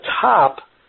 top